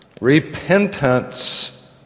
repentance